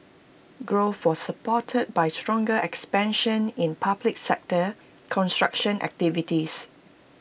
growth was supported by stronger expansion in public sector construction activities